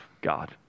God